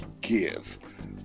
give